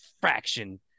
fraction